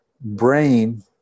brain